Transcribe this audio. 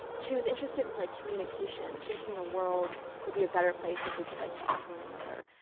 she was interested in like communication, thinking the world would be a better place if we could like talk to one another,